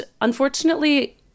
unfortunately